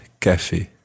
café